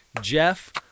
Jeff